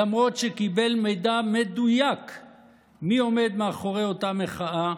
למרות שקיבל מידע מדויק מי עומד מאחורי אותה מחאה,